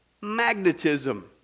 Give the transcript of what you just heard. magnetism